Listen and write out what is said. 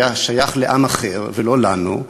שייך לעם אחר, ולא לנו,